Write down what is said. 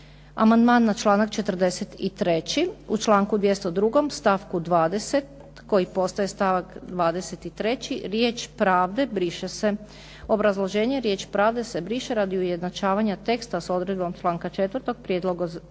Amandman na članak 43. u članku 202. stavku 20. koji postaje stavak 23. riječ: "pravde" briše se. Obrazloženje: riječ "pravde" se briše radi ujednačavanja teksta sa odredbom članka 4. prijedloga